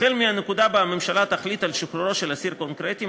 החל מהנקודה שבה הממשלה תחליט על שחרורו של אסיר קונקרטי,